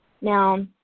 Now